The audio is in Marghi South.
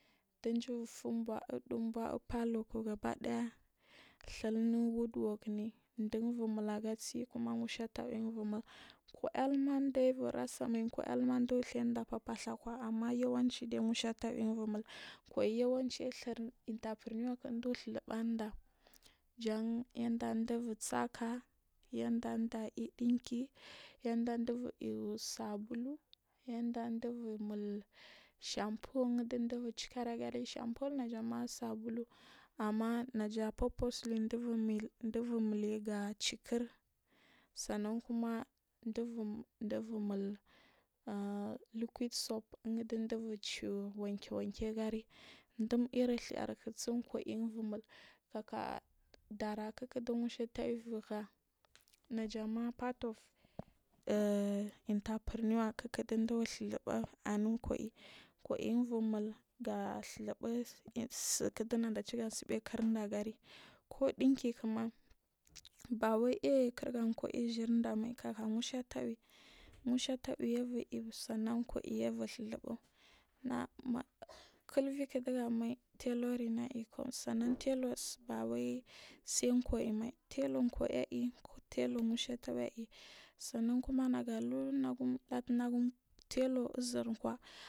Uvunba uɗuba ufalork gaba ɗaya ɗhirnu wooɗ work ne ɗu ubur mul aga tsi kuma mushatawi uvurmul kwai armaɗe ubur rasamai kwaia manɗe ubur ɗhenɗhe fafafasu kwa yawacide musha tawi uburmul kwai yawanci akur interprenua ki ɗubur ɗhuzubunuɗa janyanɗa ɗuɗ r saka yanɗa ɗa i dinki yanda ɗubur mul sabulu yanda ɗuburmul shan por ɗubur ciaridiri najama sabulu amma porposily ɗuburmulga cikir sannan kuma vubur mul luwaret soap ɗubur ci wanke wankegari ɗum iri ɗhur arksu kwai uvumui kaka darak ɗumusha tawi uvur gha amma part at interprenuam kik ɗubur ɗhuzubu anu kwai kkwai akumul aa ɗhuzubu sikikdunadaciga zubu kirdagari ko dinkiku bawai aa kirgan kwai ijirds mai musha tawi ivuri sanna kwai ma uvur ɗhuzubu mana kik ellin ɗugamai teloris aiyi ko san nan tellons bawai sai kwai mai telor kwai aiy telor musha tawimai sannan kuma nega luar inagum telor uzir kwata,